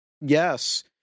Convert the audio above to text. Yes